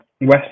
West